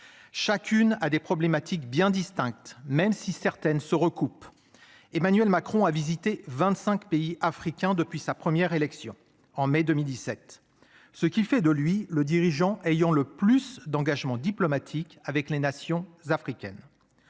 Chacune à des problématiques bien distinctes. Même si certaines se recoupent. Emmanuel Macron a visité 25 pays africains depuis sa première élection en mai 2017. Ce qui fait de lui le dirigeant ayant le plus d'engagement diplomatique avec les nations africaines.